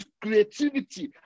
creativity